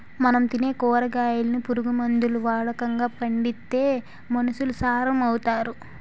మనం తినే కూరగాయలను పురుగు మందులు ఓడకండా పండిత్తే మనుసులు సారం అవుతారు